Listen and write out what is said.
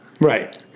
Right